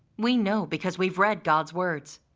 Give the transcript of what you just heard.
we know because we've read god's words.